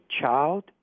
child